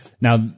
Now